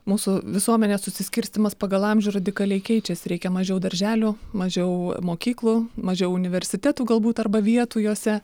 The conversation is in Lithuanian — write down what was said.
mūsų visuomenės susiskirstymas pagal amžių radikaliai keičiasi reikia mažiau darželių mažiau mokyklų mažiau universitetų galbūt arba vietų juose